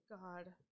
God